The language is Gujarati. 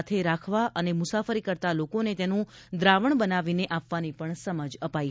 સાથે રાખવા અને મુસાફરી કરતાં લોકોને તેનું દ્રાવણ બનાવીને આપવાની સમજ અપાઈ હતી